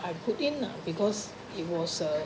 I put in lah because it was uh